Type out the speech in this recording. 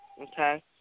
Okay